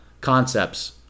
concepts